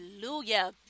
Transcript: Hallelujah